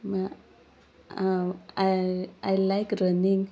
मुळ्या आय आय लायक रनिंग